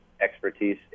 expertise